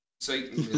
Satan